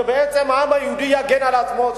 שבעצם העם היהודי יגן על עצמו,